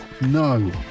No